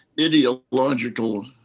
ideological